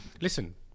listen